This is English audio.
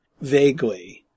vaguely